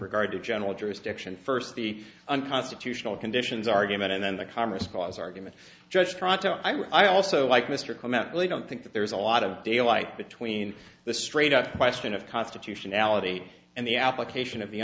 regard to general jurisdiction first the unconstitutional conditions argument and then the commerce clause argument judge toronto i also like mr comment really don't think that there's a lot of daylight between the straight up question of constitutionality and the application of the